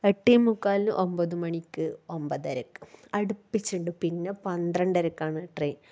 എട്ടേ മുക്കാലിന് ഒമ്പത് മണിക്ക് ഒമ്പതരക്ക് അടുപ്പിച്ച് ഉണ്ട് പിന്നെ പന്ത്രണ്ടരക്കാണ് ട്രെയിൻ